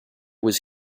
was